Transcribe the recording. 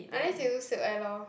unless you do SilkAir lor